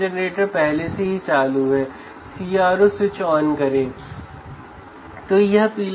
ground से ground